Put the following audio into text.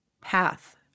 path